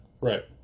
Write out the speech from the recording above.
Right